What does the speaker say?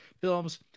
films